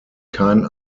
kein